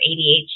ADHD